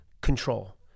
control